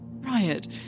Riot